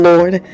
Lord